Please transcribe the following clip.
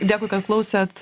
dėkui kad klausėt